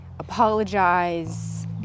apologize